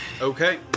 Okay